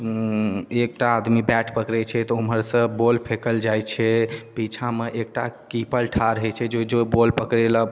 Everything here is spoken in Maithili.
एकटा आदमी बैट पकड़ै छै तऽ उमहर सँ बौल फेकल जाइ छै पीछाँ मे एकटा कीपर ठार होइ छै जे बौल पकड़ै लए